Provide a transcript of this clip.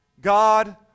God